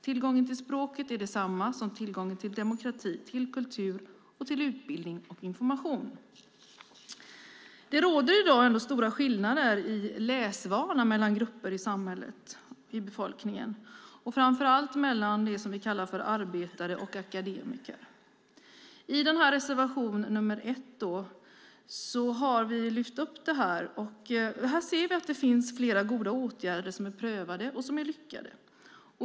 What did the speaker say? Tillgången till språket är detsamma som tillgången till demokrati, kultur, utbildning och information. Det råder i dag stora skillnader i läsvanor mellan grupper i samhället, i befolkningen, framför allt mellan det vi kallar arbetare och akademiker. I reservation nr 1 har vi lyft upp denna fråga. Det finns flera goda åtgärder som har prövats och som har lyckats.